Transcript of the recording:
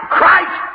Christ